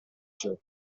giorni